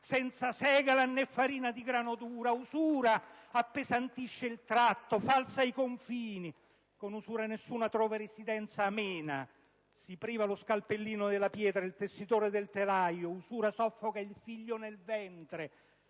senza segala né farina di grano duro, usura appesantisce il tratto, falsa i confini, con usura nessuno trova residenza amena. Si priva lo scalpellino della pietra, il tessitore del telaio (...). Usura soffoca il figlio nel ventre,